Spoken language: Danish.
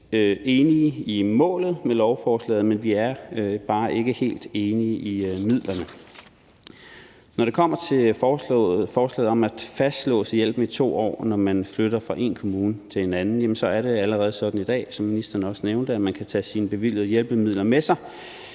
set enige i målet med lovforslaget, men vi er bare ikke helt enige i midlerne. Når det kommer til forslaget om at fastlåse hjælpen i 2 år, når man flytter fra én kommune til en anden, er det allerede sådan i dag, som ministeren også nævnte, at man kan tage sine bevilgede hjælpemidler med sig,